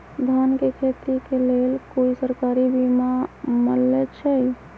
धान के खेती के लेल कोइ सरकारी बीमा मलैछई?